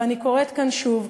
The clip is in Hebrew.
ואני קוראת כאן שוב,